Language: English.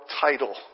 title